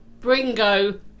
Bringo